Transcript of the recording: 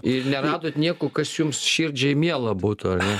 ir neradot nieko kas jums širdžiai miela būtų ar ne